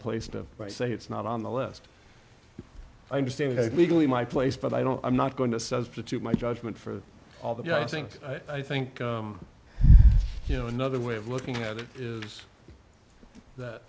place to say it's not on the list i understand that legally my place but i don't i'm not going to substitute my judgment for all the i think i think you know another way of looking at it is that